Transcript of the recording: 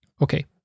Okay